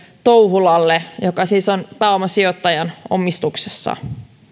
touhulalle joka siis on pääomasijoittajan omistuksessa